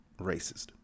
racist